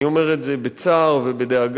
אני אומר את זה בצער ובדאגה,